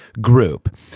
group